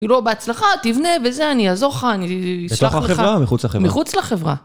היא לא בהצלחה, תבנה וזה, אני אעזור לך, אני אשלח לך. אשלח לך לחברה או מחוץ לחברה? מחוץ לחברה.